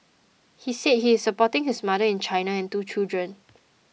he said he is supporting his mother in China and two children